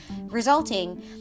resulting